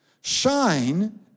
Shine